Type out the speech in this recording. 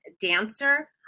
dancer